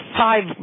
five